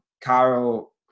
Carol